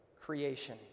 creation